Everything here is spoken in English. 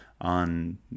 on